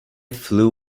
flew